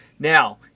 Now